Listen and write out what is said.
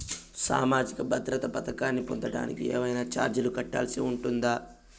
సామాజిక భద్రత పథకాన్ని పొందడానికి ఏవైనా చార్జీలు కట్టాల్సి ఉంటుందా?